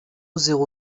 zéro